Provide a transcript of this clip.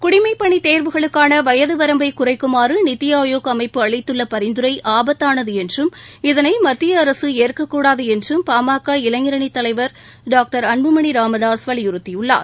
குடிமைப்பணித் தேர்வுகளுக்கான வயதுவரம்பை குறைக்குமாறு நித்திஆயோக் அமைப்பு அளித்துள்ள பரிந்துரை ஆபத்தானது என்றும் இதனை மத்தியஅரசு ஏற்கக்கூடாது என்றும் பா ம க இளைஞரணித் தலைவர் அன்புமணி ராமதாஸ் வலியுறுத்தியுள்ளார்